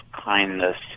kindness